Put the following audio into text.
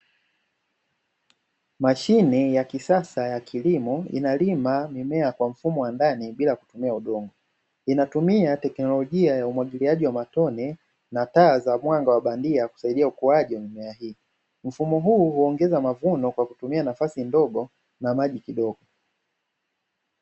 Mashine ya kisasa ya kilimo inalima mimea kwa mfumo wa ndani bila kutumia udongo, inatumia teknolojia ya umwagiliaji wa matone na taa za mwanga wa bandia kusaidia ukuaji wa mimea hii. Mfumo huu huongeza mavuno kwa kutumia nafasi ndogo na maji kidogo.